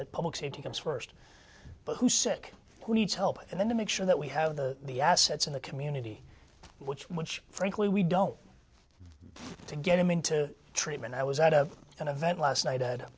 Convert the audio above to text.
the public safety comes first but who's sick who needs help and then to make sure that we have the assets in the community which which frankly we don't to get him into treatment i was out of an event last night